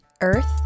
earth